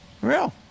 Real